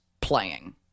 playing